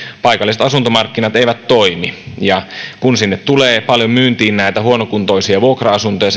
paikalliset asuntomarkkinat eivät toimi kun sinne tulee myyntiin paljon näitä huonokuntoisia vuokra asuntoja